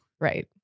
Right